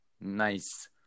nice